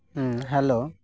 ᱦᱮᱸ ᱦᱮᱞᱳ